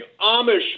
Amish